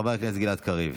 חבר הכנסת גלעד קריב,